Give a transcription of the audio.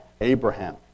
Abraham